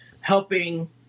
helping